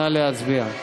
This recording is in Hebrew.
נא להצביע.